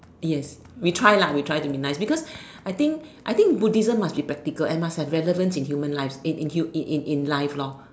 yes we try lah we try to be nice because I think I think Buddhism must be practical and must have relevance in human life in in hu~ in in in life lor